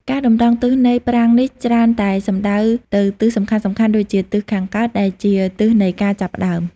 ការតម្រង់ទិសនៃប្រាង្គនេះច្រើនតែសំដៅទៅទិសសំខាន់ៗដូចជាទិសខាងកើត ដែលជាទិសនៃការចាប់ផ្ដើម។